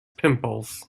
pimples